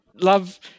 love